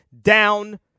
down